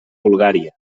bulgària